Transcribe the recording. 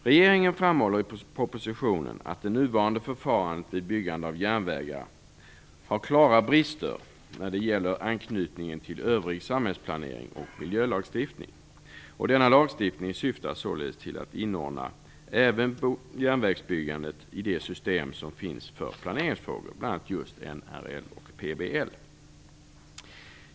Regeringen framhåller i propositionen att det nuvarande förfarandet vid byggande av järnvägar har klara brister när det gäller anknytningen till övrig samhällsplanering och miljölagstiftning. Den nya lagstiftningen syftar till att inordna även järnvägsbyggandet i det system som finns för planeringsfrågor, bl.a. NRL och PBL.